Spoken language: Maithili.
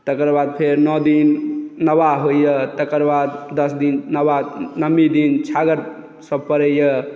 तकर बाद फेर नओ दिन नवाह होइए तकर बाद दस दिन नओमी दिन छागड़सभ पड़ैए